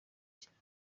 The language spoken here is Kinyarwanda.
cyane